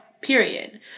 period